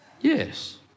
Yes